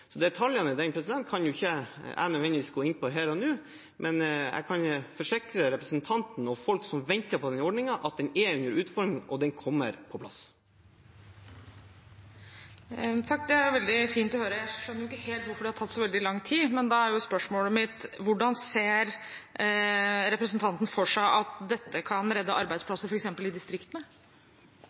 kan jeg nødvendigvis ikke gå inn på her og nå, men jeg kan forsikre representanten og folk som venter på denne ordningen, om at den er under utforming, og den kommer på plass. Det er veldig fint å høre. Jeg skjønner ikke helt hvorfor det har tatt så veldig lang tid. Men da er spørsmålet mitt: Hvordan ser representanten for seg at dette kan redde arbeidsplasser f.eks. i distriktene?